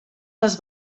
les